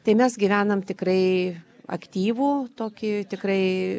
tai mes gyvenam tikrai aktyvų tokį tikrai